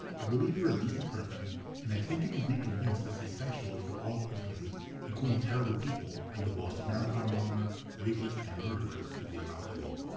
i believe you're a decent person and i think you can be convinced it's essential for all prisoners including terrible people like the boston marathon bomber, rapists, and murderers to be allowed to vote.